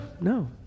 no